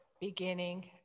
beginning